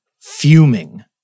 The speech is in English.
fuming